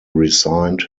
resigned